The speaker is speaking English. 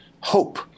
hope